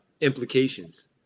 implications